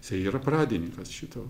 jisai yra pradininkas šito